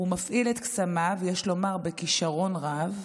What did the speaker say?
מפעיל את קסמיו, יש לומר בכישרון רב,